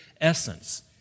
essence